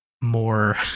more